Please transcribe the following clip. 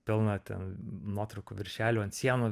pilna ten nuotraukų viršelių ant sienų